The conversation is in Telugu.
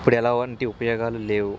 ఇప్పుడు ఎలాంటి ఉపయోగాలు లేవు